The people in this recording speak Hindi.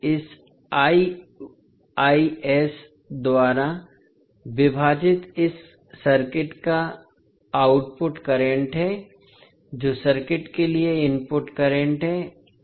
तो इस द्वारा विभाजित इस सर्किट का आउटपुट करंट है जो सर्किट के लिए इनपुट करंट है